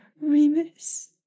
Remus